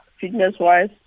fitness-wise